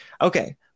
Okay